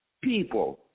people